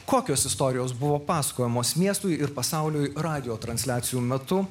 kokios istorijos buvo pasakojamos miestui ir pasauliui radijo transliacijų metu